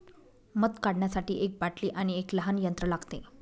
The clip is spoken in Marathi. मध काढण्यासाठी एक बाटली आणि एक लहान यंत्र लागते